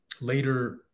later